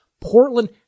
Portland